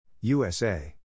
USA